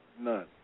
None